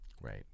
Right